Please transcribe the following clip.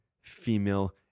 Female